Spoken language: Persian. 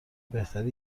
بهتره